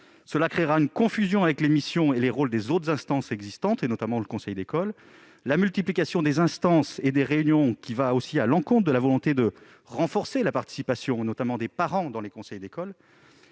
créera une confusion avec les missions et les rôles des autres instances existantes, notamment le conseil d'école. La multiplication des instances et des réunions, qui va à l'encontre de la volonté de renforcer la participation des parents dans les conseils d'école,